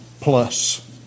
plus